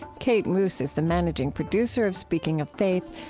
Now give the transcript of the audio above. kate moos is the managing producer of speaking of faith,